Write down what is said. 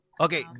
Okay